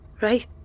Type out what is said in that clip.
right